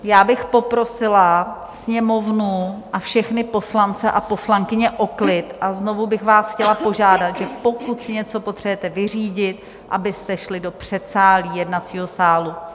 Já bych poprosila Sněmovnu a všechny poslance a poslankyně o klid a znovu bych vás chtěla požádat, že pokud si něco potřebujete vyřídit, abyste šli do předsálí jednacího sálu.